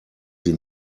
sie